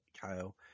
Kyle